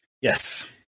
Yes